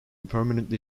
permanently